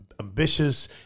Ambitious